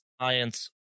science